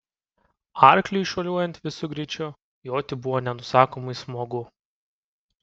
arkliui šuoliuojant visu greičiu joti buvo nenusakomai smagu